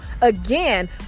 again